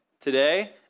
today